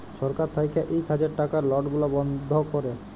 ছরকার থ্যাইকে ইক হাজার টাকার লট গুলা বল্ধ ক্যরে